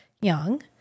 young